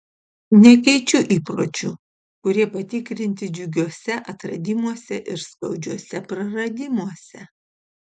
nekeičiu įpročių kurie patikrinti džiugiuose atradimuose ir skaudžiuose praradimuose